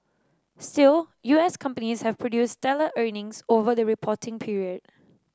still U S companies have produced stellar earnings over the reporting period